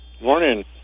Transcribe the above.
Morning